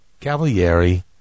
Cavalieri